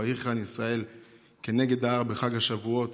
"ויחן ישראל נגד ההר" בחג השבועות,